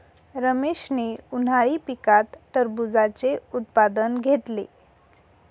रमेशने उन्हाळी पिकात टरबूजाचे उत्पादन घेतले